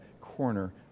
corner